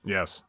Yes